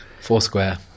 Foursquare